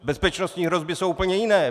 Bezpečnostní hrozby jsou úplně jiné!